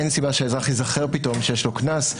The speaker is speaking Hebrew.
אין סיבה שאזרח ייזכר פתאום שיש לו קנס,